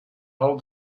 hold